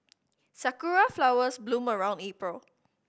sakura flowers bloom around April